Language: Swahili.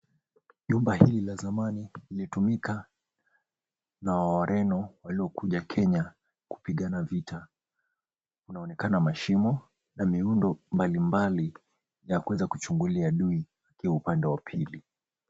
Jumba hili la zamani lilitumika na wareno waliokuja Kenya kupigana vita. Kunaonekana mashimo na miundo mbalimbali ya kuweza kuchungulia adui wakiwa upande wa pili.